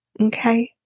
Okay